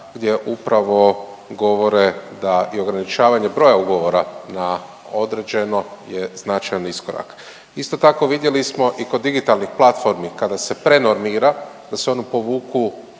gdje upravo govore da i ograničavanje broja ugovora na određeno je značajan iskorak. Isto tako vidjeli smo i kod digitalnih platformi kada se prenormira da se oni povuku